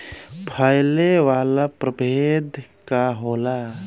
फैले वाला प्रभेद का होला?